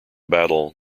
battle